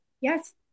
Yes